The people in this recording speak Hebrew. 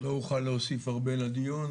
לא אוכל להוסיף הרבה לדיון,